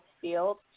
field